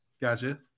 Gotcha